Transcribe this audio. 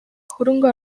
хөрөнгө